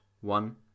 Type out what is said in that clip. one